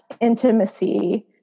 intimacy